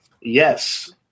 Yes